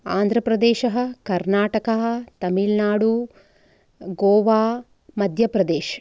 आन्ध्रप्रदेशः कर्नाटकः तमिलनाडु गोवा मध्यप्रदेशः